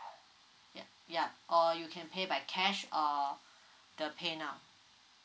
yup yup or you can pay by cash or the PayNow